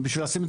בשביל לשים את